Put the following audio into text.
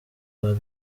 hari